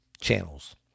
channels